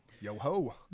Yo-ho